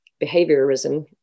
behaviorism